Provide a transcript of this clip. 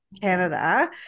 Canada